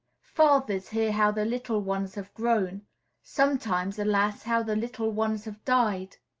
fathers hear how the little ones have grown sometimes, alas! how the little ones have died.